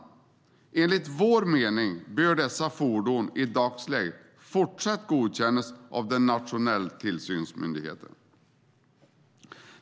Enligt vår mening bör dessa fordon i dagsläget fortsatt godkännas av de nationella tillsynsmyndigheterna.